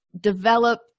develop